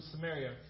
Samaria